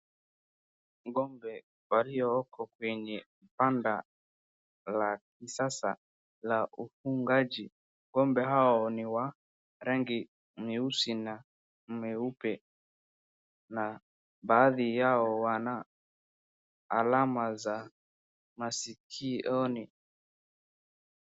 Ngombe walioko kwenye kanda la kisasa la ufugaji, ngombe hao ni wa rangi nyeusi na meupe na baadhi yao wana alama za masikioni.